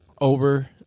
Over